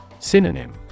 Synonym